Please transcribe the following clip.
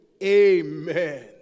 Amen